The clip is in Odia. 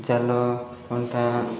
ଜାଲ କଣ୍ଟା